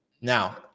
now